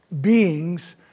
beings